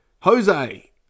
Jose